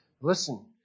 Listen